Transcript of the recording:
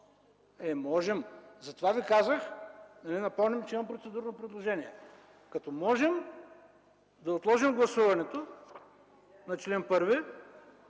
Е, можем! Затова Ви казах и Ви напомням, че имам процедурно предложение. Като можем, да отложим гласуването на чл. 1.